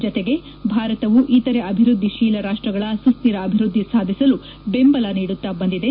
ಜತೆಗೆ ಭಾರತವು ಇತರೆ ಅಭಿವೃದ್ಧಿತೀಲ ರಾಷ್ಟಗಳ ಸುಸ್ಥಿರ ಅಭಿವೃದ್ಧಿ ಸಾಧಿಸಲು ಬೆಂಬಲ ನೀಡುತ್ತಾ ಬಂದಿದೆ